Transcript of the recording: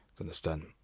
understand